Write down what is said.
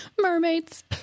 Mermaids